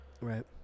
Right